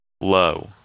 Low